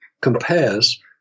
compares